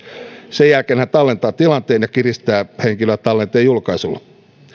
sen jälkeen hän tallentaa tilanteen ja kiristää henkilöä tallenteen julkaisulla